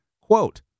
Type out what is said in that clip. Quote